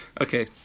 okay